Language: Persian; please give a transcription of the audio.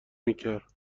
میکر